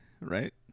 right